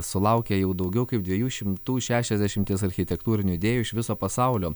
sulaukė jau daugiau kaip dviejų šimtų šešiasdešimties architektūrinių idėjų iš viso pasaulio